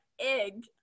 egg